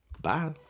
Bye